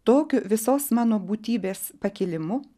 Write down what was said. tokiu visos mano būtybės pakilimu